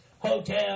Hotel